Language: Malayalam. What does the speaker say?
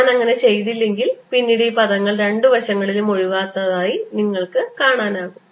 ഞാൻ അങ്ങനെ ചെയ്തില്ലെങ്കിൽ പിന്നീട് ഈ പദങ്ങൾ രണ്ട് വശങ്ങളിലും ഒഴിവാകാത്തതായി നിങ്ങൾക്ക് കാണാനാകും